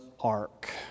Ark